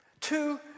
Two